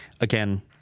again